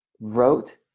wrote